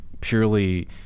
purely